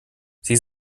sie